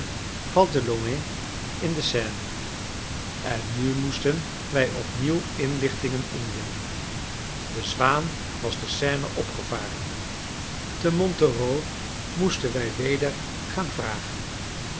valt de loing in de seine en nu moesten wij opnieuw inlichtingen inwinnen de zwaan was de seine opgevaren te montereau moesten wij weder gaan vragen